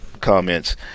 comments